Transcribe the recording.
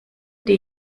die